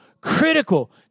critical